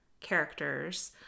characters